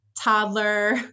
toddler